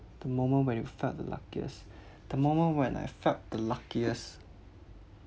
the moment when you felt the luckiest the moment when I felt the luckiest